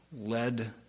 led